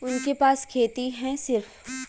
उनके पास खेती हैं सिर्फ